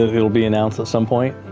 it'll be announced at some point,